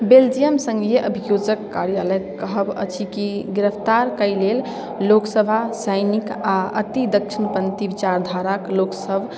Belgium संघीय अभियोजक कार्यालयके कहब अछि कि गिरफ्तार कएल गेल लोकसभा सैनिक आओर अति दक्षिणपन्थी विचारधाराके लोकसब